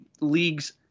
leagues